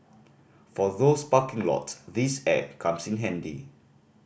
for those parking lots this app comes in handy